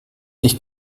ich